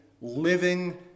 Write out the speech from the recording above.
living